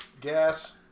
gas